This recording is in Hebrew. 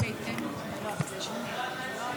הסתייגות 146 לא נתקבלה.